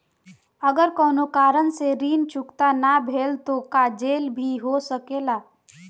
अगर कौनो कारण से ऋण चुकता न भेल तो का जेल भी हो सकेला?